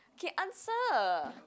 ok answer